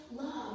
love